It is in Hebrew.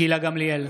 גילה גמליאל,